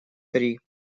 три